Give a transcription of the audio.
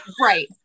right